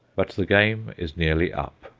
but the game is nearly up.